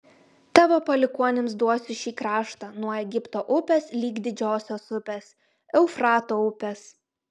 tavo palikuonims duosiu šį kraštą nuo egipto upės lig didžiosios upės eufrato upės